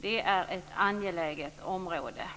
Det är ett angeläget område.